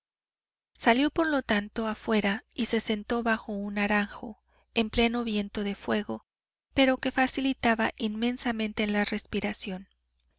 salió por lo tanto afuera y se sentó bajo un naranjo en pleno viento de fuego pero que facilitaba inmensamente la respiración